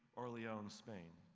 or leon, spain.